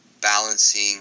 balancing